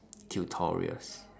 tutorials